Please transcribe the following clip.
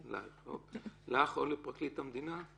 כלומר, לך או למשנה לפרקליט המדינה?